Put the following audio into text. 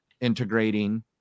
integrating